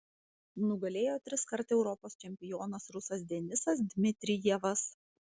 nugalėjo triskart europos čempionas rusas denisas dmitrijevas